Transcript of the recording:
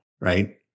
right